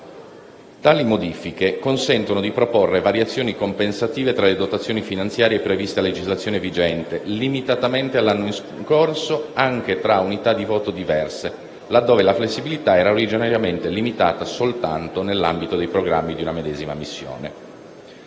Tali modifiche consentono di proporre variazioni compensative tra le dotazioni finanziarie previste a legislazione vigente, limitatamente all'anno in corso, anche tra unità di voto diverse, laddove la flessibilità era originariamente limitata soltanto nell'ambito dei programmi di una medesima missione.